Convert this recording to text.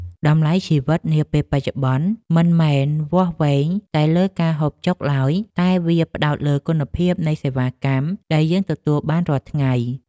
តម្លៃជីវិតនាពេលបច្ចុប្បន្នមិនមែនវាស់វែងតែលើការហូបចុកឡើយ តែវាផ្ដោតលើគុណភាពនៃសេវាកម្មដែលយើងទទួលបានរាល់ថ្ងៃ។